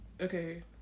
okay